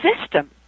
system